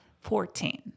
Fourteen